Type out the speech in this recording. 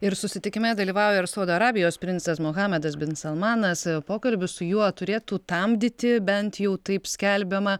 ir susitikime dalyvauja ir saudo arabijos princas muhamedas bin salmanas pokalbis su juo turėtų tamdyti bent jau taip skelbiama